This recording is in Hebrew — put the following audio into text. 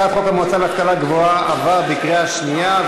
הצעת חוק המועצה להשכלה גבוהה (תיקון מס' 18) עברה בקריאה שנייה.